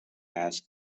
has